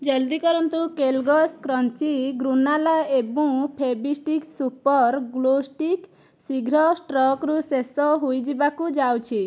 ଜଲ୍ଦି କରନ୍ତୁ Kellogg's crunchy granola ଏବଂ ଫେଭିଷ୍ଟିକ୍ ସୁପର ଗ୍ଲୁ ଷ୍ଟିକ୍ ଶୀଘ୍ର ଷ୍ଟକ୍ରୁ ଶେଷ ହୋଇଯିବାକୁ ଯାଉଛି